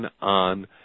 on